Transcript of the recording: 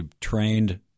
trained